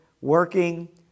working